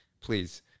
Please